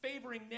favoring